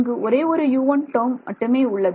இங்கு ஒரே ஒரு U1 டேர்ம் மட்டுமே உள்ளது